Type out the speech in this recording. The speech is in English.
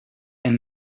and